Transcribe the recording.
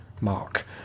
Mark